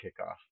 kickoff